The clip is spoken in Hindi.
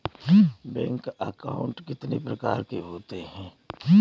बैंक अकाउंट कितने प्रकार के होते हैं?